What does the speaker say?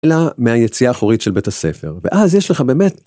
אלא מהיציאה האחורית של בית הספר. ואז יש לך באמת...